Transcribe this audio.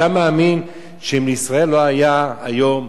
אתה מאמין שאם לישראל לא היה היום,